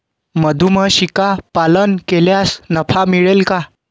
मधुमक्षिका पालन केल्यास नफा मिळेल का?